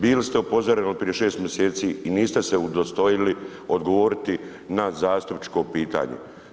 Bili ste upozoreni prije 6 mjeseci i niste se udostojili odgovoriti na zastupničko pitanje.